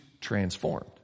transformed